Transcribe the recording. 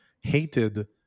hated